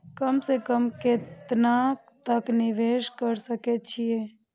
कम से कम केतना तक निवेश कर सके छी ए?